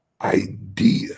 idea